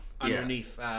underneath